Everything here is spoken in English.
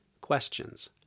questions